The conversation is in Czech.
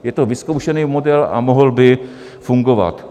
Je to vyzkoušený model a mohl by fungovat.